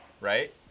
right